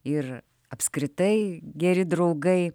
ir apskritai geri draugai